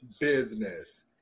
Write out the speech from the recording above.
business